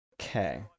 Okay